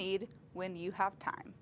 need when you have time